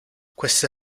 queste